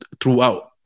throughout